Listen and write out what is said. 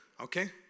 Okay